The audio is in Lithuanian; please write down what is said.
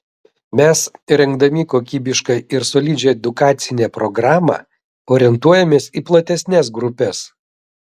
mes rengdami kokybišką ir solidžią edukacinę programą orientuojamės į platesnes grupes